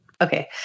Okay